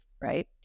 right